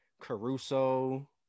Caruso